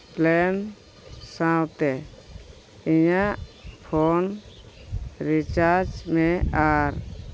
plan ᱥᱟᱶᱛᱮ ᱤᱧᱟᱹᱜ phone recharge ᱢᱮ ᱟᱨ